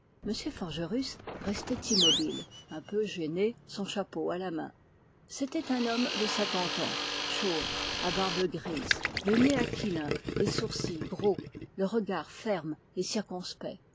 forgerus restait immobile un peu gêné son chapeau à la main c'était un homme de cinquante ans chauve à barbe grise le nez aquilin les sourcils gros le regard ferme et circonspect